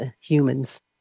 humans